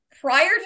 prior